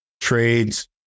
trades